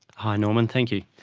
hi norman, thank you.